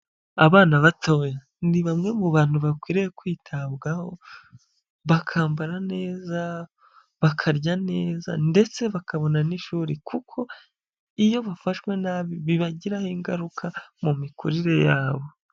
Abana bato ni bamwe mu bantu bakwiriye kwitabwaho bakambara neza, bakarya neza ndetse bakabona n'ishuri kuko iyo bafashwe nabi bibagiraho ingaruka mu mikurire yabo.